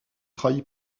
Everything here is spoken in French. trahi